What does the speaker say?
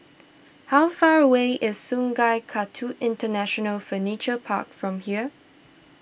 how far away is Sungei Kadut International Furniture Park from here